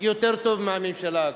יותר טוב מבתקופת הממשלה הקודמת.